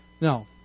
No